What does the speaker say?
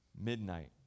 midnight